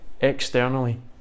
externally